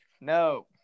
no